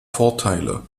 vorteile